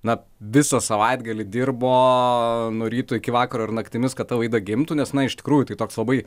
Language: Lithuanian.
na visą savaitgalį dirbo nuo ryto iki vakaro ir naktimis kad ta laida gimtų nes na iš tikrųjų tai toks labai